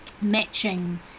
matching